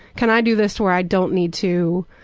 can i do this where i don't need to,